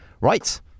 right